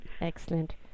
Excellent